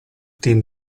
team